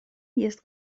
jest